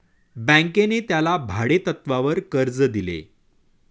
बँकेने त्याला भाडेतत्वावर कर्ज दिले